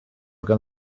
gan